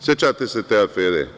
Sećate se te afere?